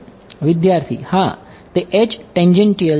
વિદ્યાર્થી હા તે H ટેંજેન્ટીઅલ છે